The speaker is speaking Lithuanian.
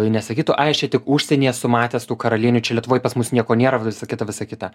nesakytų ai aš čia tik užsieny esu matęs tų karalienių čia lietuvoj pas mus nieko nėra visa kita visa kita